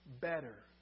better